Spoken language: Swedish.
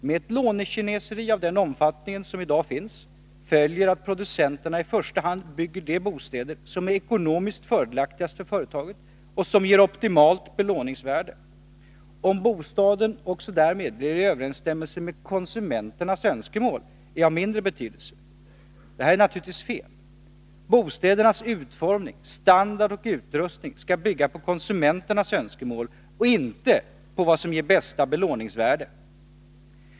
Med ett lånekineseri av den omfattning som i dag finns följer att producenterna i första hand bygger de bostäder som är ekonomiskt fördelaktigast för företagen och som ger optimalt belåningsvärde. Om bostaden därmed blir i överensstämmelse med konsumenternas önskemål är av mindre betydelse. Det här är naturligtvis fel. Bostädernas utformning, standard och utrustning skall bygga på konsumenternas önskemål och inte på vad som ger bästa belåningsvärde.